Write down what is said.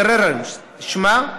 "טררם" שמה.